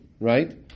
right